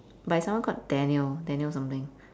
by someone called daniel daniel something